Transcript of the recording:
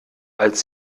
als